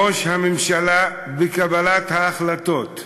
ראש הממשלה, בקבלת ההחלטות,